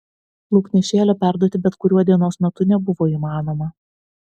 lauknešėlio perduoti bet kuriuo dienos metu nebuvo įmanoma